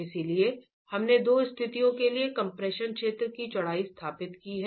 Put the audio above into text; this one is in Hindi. इसलिए हमने दो स्थितियों के लिए कम्प्रेशन क्षेत्र की चौड़ाई स्थापित की है